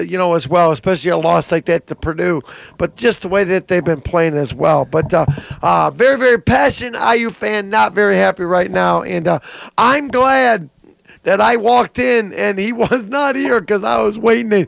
you know as well as posey a loss like that the purdue but just the way that they've been playing as well but the very very passion i you fan not very happy right now and i'm glad that i walked in and he was not here because i was waiting